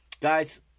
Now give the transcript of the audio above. Guys